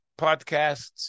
podcasts